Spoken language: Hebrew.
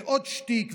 עוד שטיק,